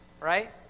right